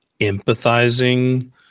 empathizing